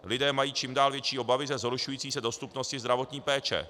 Lidé mají čím dál větší obavy ze zhoršující se dostupnosti zdravotní péče.